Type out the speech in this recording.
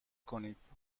کنید